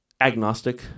agnostic